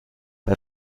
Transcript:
bei